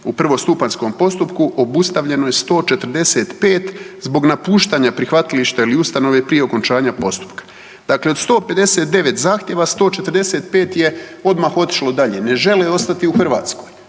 u prvostupanjskom postupku obustavljeno je 145 zbog napuštanja prihvatilišta ili ustanove prije okončanja postupka. Dakle, od 159 zahtjeva 145 je odmah otišlo dalje, ne žele ostati u Hrvatskoj,